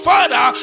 Father